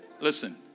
Listen